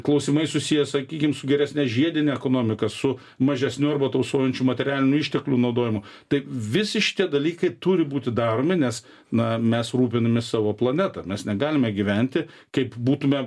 klausimai susiję sakykim su geresne žiedine ekonomika su mažesniu arba tausojančiu materialinių išteklių naudojimu tai visi šitie dalykai turi būti daromi nes na mes rūpinamės savo planeta mes negalime gyventi kaip būtumem